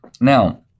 Now